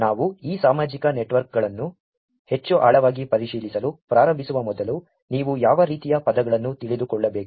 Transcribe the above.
ನಾವು ಈ ಸಾಮಾಜಿಕ ನೆಟ್ವರ್ಕ್ಗಳನ್ನು ಹೆಚ್ಚು ಆಳವಾಗಿ ಪರಿಶೀಲಿಸಲು ಪ್ರಾರಂಭಿಸುವ ಮೊದಲು ನೀವು ಯಾವ ರೀತಿಯ ಪದಗಳನ್ನು ತಿಳಿದುಕೊಳ್ಳಬೇಕು